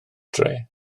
dre